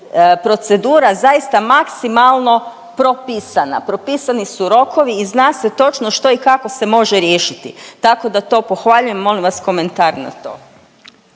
procedura zaista maksimalno propisana. Propisani su rokovi i zna se točno što i kako se može riješiti. Tako da to pohvaljujem. Molim vas komentar na to.